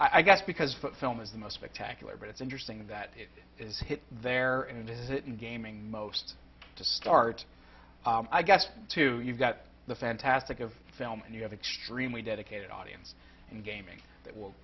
i i guess because the film is the most spectacular but it's interesting that it is hit there and is it in gaming most to start i guess to you've got the fantastic of film and you have extremely dedicated audience in gaming that w